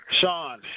Sean